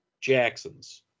Jackson's